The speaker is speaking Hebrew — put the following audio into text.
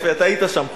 אתה היית שם כמעט.